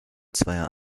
zweier